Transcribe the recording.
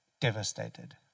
devastated